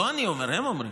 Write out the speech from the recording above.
לא אני אומר, הם אומרים.